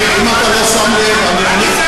זה הנושא, אני, אם אתה לא שם לב, אני עונה,